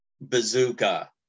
bazooka